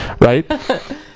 right